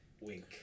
wink